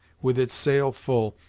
with its sail full,